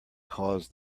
caused